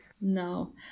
No